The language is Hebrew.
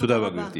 תודה רבה.